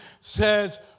says